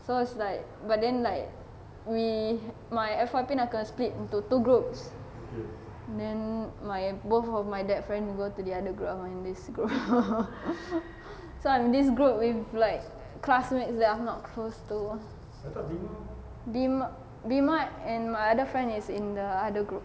so it's like but then like we my F_Y_P nak kena split into two groups then my both of my that friend go to the other group lor not in this group so I'm this group with like classmates that I'm not close to bima and my other friend is in the other group